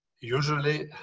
usually